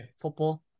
football